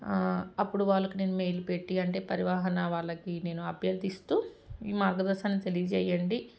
అప్పుడు వాళ్ళకి నేను మెయిలు పెట్టి అంటే పరివాహన వాళ్ళకి నేను అభ్యర్థిస్తూ ఈ మార్గదర్శనం తెలియజేయండి